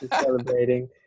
celebrating